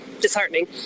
disheartening